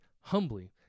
humbly